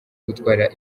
gutwara